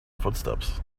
footsteps